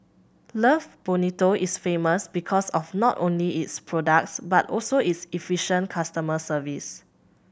love Bonito is famous because of not only its products but also its efficient customer service